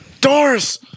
Doris